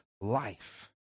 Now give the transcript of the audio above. life